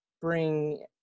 bring